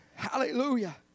Hallelujah